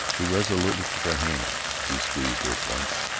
he resolutely took her hand. she squeezed his once,